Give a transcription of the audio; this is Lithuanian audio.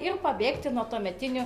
ir pabėgti nuo tuometinių